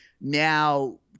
now